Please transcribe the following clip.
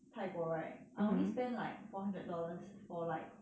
泰国 right I only spent like four hundred dollars for like